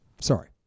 Sorry